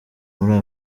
muri